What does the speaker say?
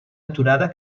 aturada